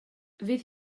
fydd